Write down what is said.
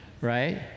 right